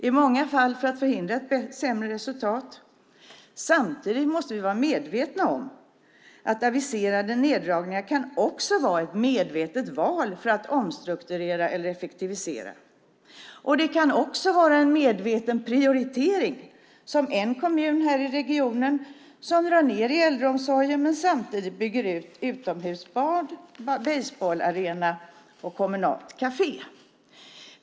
I många fall sker det för att förhindra ett sämre resultat. Samtidigt måste vi vara medvetna om att aviserade neddragningar också kan vara ett medvetet val för att omstrukturera och effektivisera. Det kan också vara en medveten prioritering, som i en kommun här i regionen där man drar ned i äldreomsorgen men samtidigt bygger ut utomhusbad, basebollarena och kommunalt kafé.